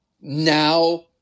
now